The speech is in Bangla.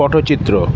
পটচিত্র